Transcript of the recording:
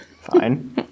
Fine